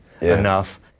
enough